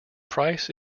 price